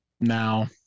now